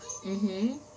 mmhmm